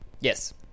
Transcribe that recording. Yes